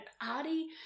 arty